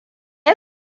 ya